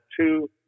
two